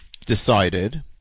decided